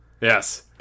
yes